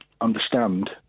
understand